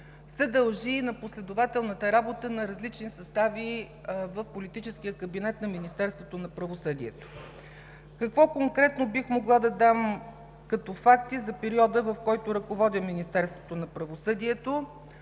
се дължи на последователната работа на различни състави в политическия кабинет на Министерството на правосъдието. Какво конкретно бих могла да дам като факти за периода, в който ръководя Министерството на правосъдието?